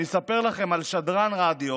אני אספר לכם על שדרן רדיו